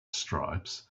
stripes